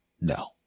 no